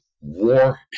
War